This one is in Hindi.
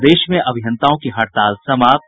प्रदेश में अभियंताओं की हड़ताल समाप्त